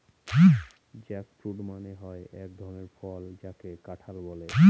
jackfruit মানে হয় এক ধরনের ফল যাকে কাঁঠাল বলে